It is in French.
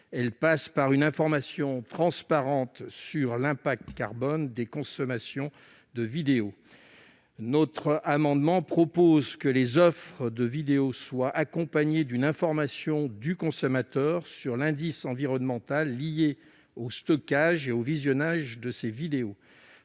Elle passe par une information transparente sur l'impact carbone des consommations de vidéos. Notre amendement vise donc à instaurer une information du consommateur sur l'indice environnemental lié au stockage et au visionnage des vidéos.